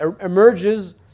emerges